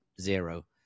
zero